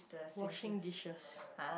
washing dishes